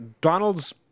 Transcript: Donald's